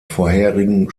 vorherigen